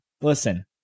Listen